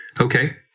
Okay